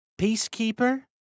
Peacekeeper